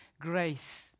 grace